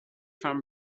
farm